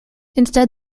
instead